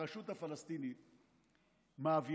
הרשות הפלסטינית מעבירה,